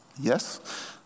Yes